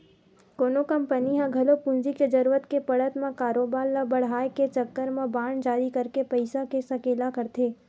कोनो कंपनी ह घलो पूंजी के जरुरत के पड़त म कारोबार ल बड़हाय के चक्कर म बांड जारी करके पइसा के सकेला करथे